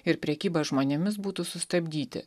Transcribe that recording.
ir prekyba žmonėmis būtų sustabdyti